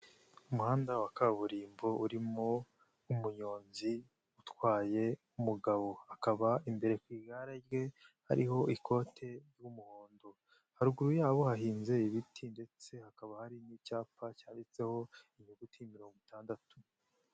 Umuhanda wa kaburimbo urimo umuyonzi utwaye umugabo. Akaba imbere ku igare rye hariho ikote ry'umuhondo. Haruguru hahinze ibiti ndetse hakaba hari n'icyapa cyanditseho inyuguti mirongo itandatu.